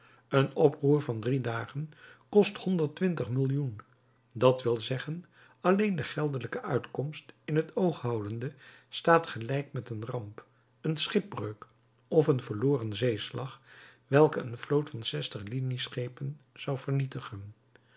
een oproer van drie dagen kost honderd twintig millioen dat wil zeggen alleen de geldelijke uitkomst in t oog houdende staat gelijk met een ramp een schipbreuk of een verloren zeeslag welke een vloot van zestig linieschepen zou vernietigen